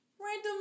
random